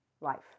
life